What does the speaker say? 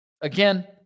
again